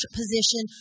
position